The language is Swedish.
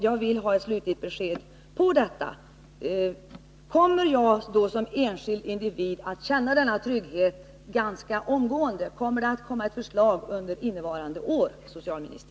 Jag vill ha ett slutligt besked i denna fråga: Kommer jag som enskild individ att känna denna trygghet omgående? Kommer det ett förslag under innevarande år, herr socialminister?